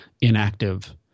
inactive